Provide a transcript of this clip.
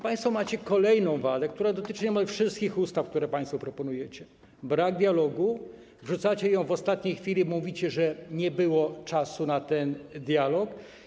Państwo macie kolejną wadę, która dotyczy niemal wszystkich ustaw, które państwo proponujecie: brak dialogu, wrzucacie projekt w ostatniej chwili i mówicie, że nie było czasu na ten dialog.